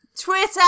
Twitter